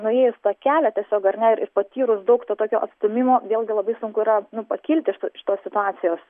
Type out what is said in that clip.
nuėjus tą kelią tiesiog ar ne ir patyrus daug to tokio atstūmimo vėlgi labai sunku yra pakilti iš to iš tos situacijos